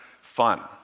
fun